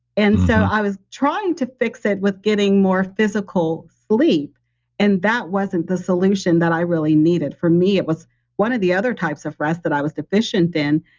and so, i was trying to fix it with getting more physical sleep and that wasn't the solution that i really needed. for me, it was one of the other types of rest that was deficient then,